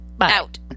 Out